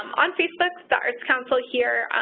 on facebook, the arts council here,